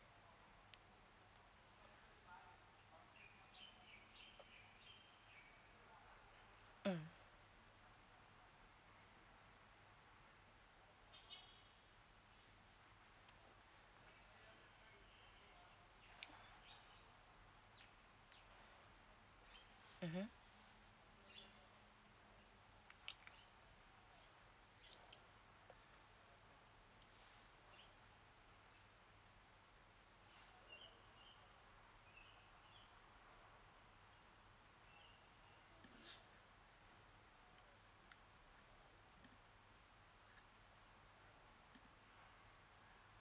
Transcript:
mm mm